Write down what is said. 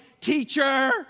teacher